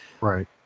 Right